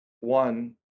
one